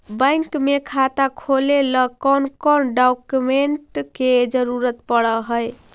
Bank में खाता खोले ल कौन कौन डाउकमेंट के जरूरत पड़ है?